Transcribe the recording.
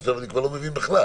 עכשיו אני כבר לא מבין בכלל.